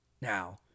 Now